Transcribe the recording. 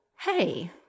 hey